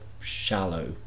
shallow